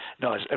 No